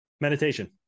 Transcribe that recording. Meditation